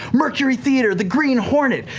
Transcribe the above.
mercury theater, the green hornet,